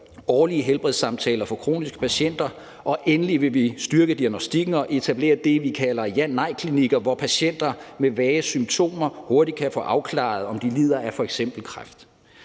årlige helbredssamtaler for kroniske patienter. Og endelig vil vi styrke diagnostikken og etablere det, vi kalder ja-/nejklinikker, hvor patienter med vage symptomer hurtigt kan få afklaret, om de lider af f.eks. kræft.